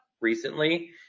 recently